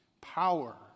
power